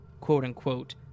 quote-unquote